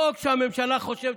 חוק שהממשלה חושבת